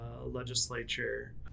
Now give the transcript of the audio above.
legislature